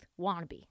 wannabe